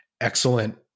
excellent